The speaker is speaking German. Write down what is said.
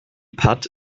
patt